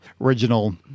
original